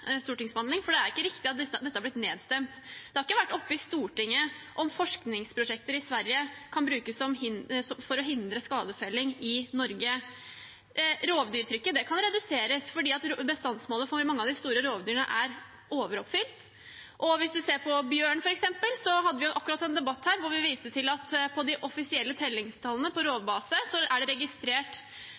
stortingsbehandling, for det er ikke riktig at dette har blitt nedstemt. Det har ikke vært oppe i Stortinget om forskningsprosjekter i Sverige kan brukes for å hindre skadefelling i Norge. Rovdyrtrykket kan reduseres, for bestandsmålet for mange av de store rovdyrene er overoppfylt, og hvis en ser på bjørn f.eks., hadde vi akkurat en debatt hvor vi viste til at ut fra de offisielle tellingstallene fra Rovdata er det registrert